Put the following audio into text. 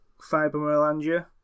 fibromyalgia